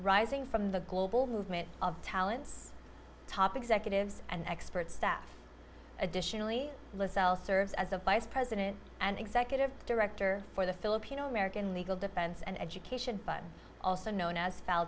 rising from the global movement of talents top executives and experts that additionally serves as a vice president and executive director for the filipino american legal defense and education fund also known as fel